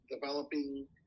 developing